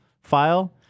file